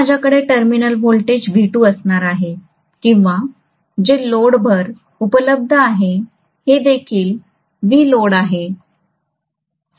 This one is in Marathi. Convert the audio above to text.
तर माझ्याकडे टर्मिनल व्होल्टेज V2 असणार आहे किंवा जे लोडभर उपलब्ध आहे हे देखील VLoad आहे